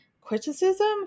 Criticism